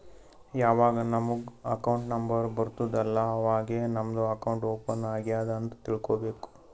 ಯಾವಾಗ್ ನಮುಗ್ account number ಬರ್ತುದ್ ಅಲ್ಲಾ ಅವಾಗೇ ನಮ್ದು ಅಕೌಂಟ್ ಓಪನ್ ಆಗ್ಯಾದ್ ಅಂತ್ ತಿಳ್ಕೋಬೇಕು